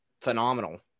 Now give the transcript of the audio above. phenomenal